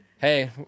Hey